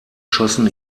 schossen